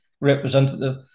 Representative